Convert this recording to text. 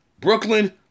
Brooklyn